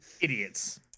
Idiots